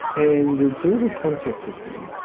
and the daughter contacted me.